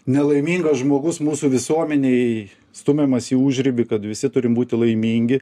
nelaimingas žmogus mūsų visuomenėj stumiamas į užribį kad visi turim būt laimingi